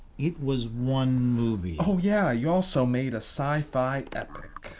it was one movie. oh yeah you also made a sci-fi epic.